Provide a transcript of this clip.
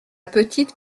petite